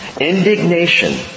indignation